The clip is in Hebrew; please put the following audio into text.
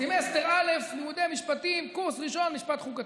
סמסטר א', לימודי משפטים, קורס ראשון, משפט חוקתי,